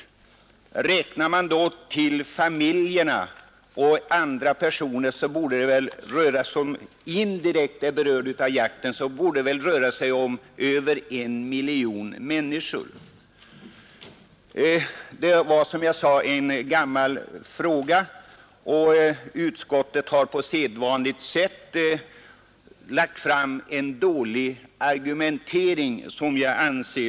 Om man då räknar även med deras familjer och andra indirekt berörda torde de som är berörda av jakten uppgå till över en miljon människor. Frågan är som jag sade gammal, och utskottet har på sedvanligt sätt kommit med en enligt min mening dålig argumentering för sitt avstyrkande.